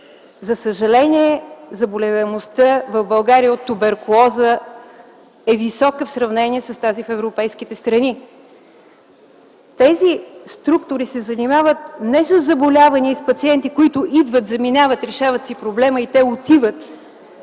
За съжаление, заболеваемостта в България от туберкулоза е висока в сравнение с тази в европейските страни. Тези структури се занимават не със заболявания и с пациенти, които идват и заминават, решават си проблема и отиват,